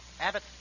Abbott